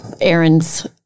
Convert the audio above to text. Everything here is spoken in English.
Aaron's